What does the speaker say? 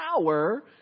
power